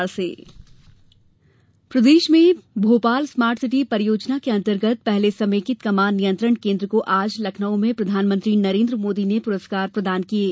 प्रधानमंत्री प्रदेश में भोपाल स्मॉर्ट सिटी परियोजना के अंतर्गत पहले समेकित कमान नियंत्रण केंद्र को आज लखनऊ में प्रधानमंत्री नरेंद्र मोदी ने प्रस्कार प्रदान किये